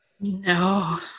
No